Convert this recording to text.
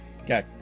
Okay